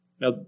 Now